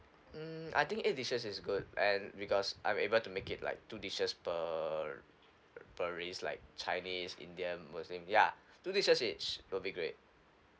um I think eight dishes is good and because I'm able to make it like two dishes per per race like chinese indian muslim ya two dishes each will be great